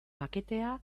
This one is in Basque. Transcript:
paketea